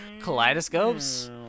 Kaleidoscopes